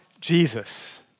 Jesus